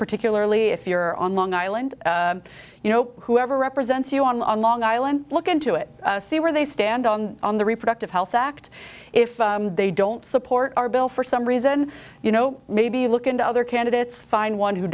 particularly if you're on long island you know whoever represents you on long island look into it see where they stand on the reproductive health act if they don't support our bill for some reason you know maybe look into other candidates find one who